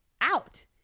out